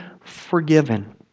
forgiven